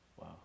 Wow